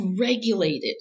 regulated